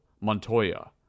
Montoya